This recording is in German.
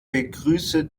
begrüße